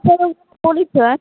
बोलैत छै